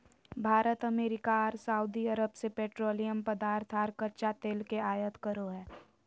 Bharat America आर Saudi Arabia से petroleum पदार्थ आर कच्चा तेल के आयत करो हय